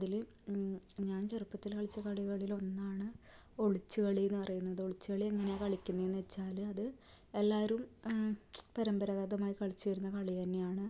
അതിൽ ഞാൻ ചെറുപ്പത്തിൽ കളിച്ച കളികളിൽ ഒന്നാണ് ഒളിച്ചുകളിയെന്ന് പറയുന്നത് ഒളിച്ചുകളി എങ്ങനെയാ കളിക്കുന്നതെന്ന് വെച്ചാൽ അത് എല്ലാവരും പരമ്പരാഗതമായി കളിച്ചു വരുന്ന കളി തന്നെയാണ്